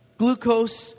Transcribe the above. glucose